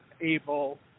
able